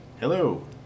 Hello